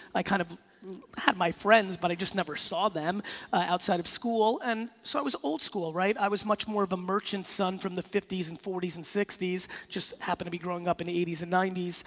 i kind of had my friends but i just never saw them outside of school and so i was old school, right? i was much more a merchant's son from the fifty s, and forty s and sixty s. just happened to be growing up in the eighty s and ninety